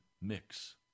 mix